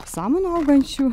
samanų augančių